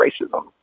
racism